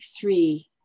three